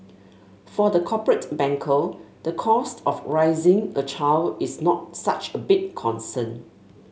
for the corporate banker the cost of raising a child is not such a big concern